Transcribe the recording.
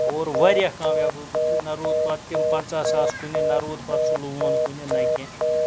اور واریاہ کامیاب روٗدُس بہٕ نہ روٗد پَتہٕ تِم پَنٛژاہ ساس کُنہِ نہ روٗد پَتہٕ سُہ لون کُنہِ نہ کیٚنٛہہ